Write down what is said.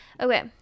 okay